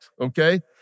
okay